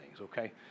okay